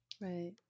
Right